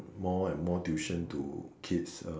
more and more tuition to kids uh